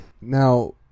Now